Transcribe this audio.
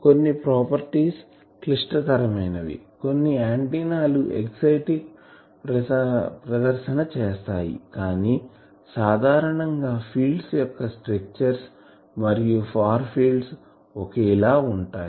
కొన్ని ప్రాపర్టీస్ క్లిష్టతరమైనవి కొన్ని ఆంటిన్నాలు ఎక్సఓటిక్ ప్రదర్సన చేస్తాయి కానీ సాధారణంగా ఫీల్డ్స్ యొక్క స్ట్రక్చర్ మరియు ఫార్ ఫీల్డ్స్ ఒకేలా ఉంటాయి